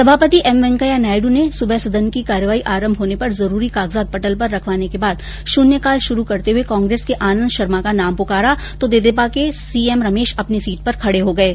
सभापति एम वैंकेया नायडू ने सुबह सदन की कार्रवही आरम होने पर जरूरी कागजात पटल पर रखवाने के बाद शून्य काल शुरू करते हुए कांग्रेस के आनंद शर्मा का नाम पुकारा तो तेदेपा के सी एम रमेश अपनी सीट पर खडे हो गये